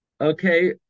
Okay